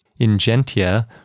Ingentia